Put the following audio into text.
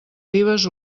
ribes